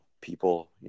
People